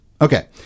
Okay